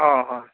ᱦᱳᱭ ᱦᱳᱭ